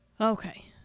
Okay